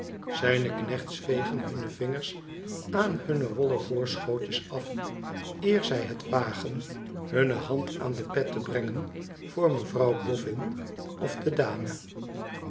zijne knechts vegen hunne vingers aan hunne wollen voorschootjes af eer zij het wagen hunne hand aan de pet te brengen voor mevrouw boffin of de dame